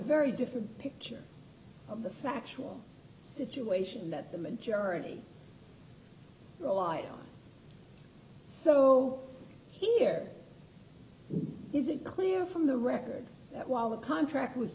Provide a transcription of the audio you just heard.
very different picture of the factual situation that the majority will live so here is it clear from the record that while the contract was